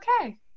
okay